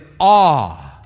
awe